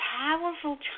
powerful